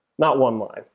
not one line.